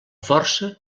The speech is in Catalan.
força